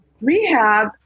Rehab